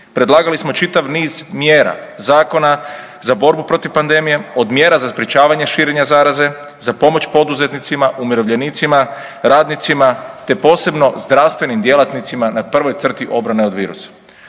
predlagali smo čitav niz mjera, zakona za borbu protiv pandemije, od mjera za sprječavanje širenja zaraze, za pomoć poduzetnicima, umirovljenicima, radnicima, te posebno zdravstvenim djelatnicima na prvoj crti obrane od virusa.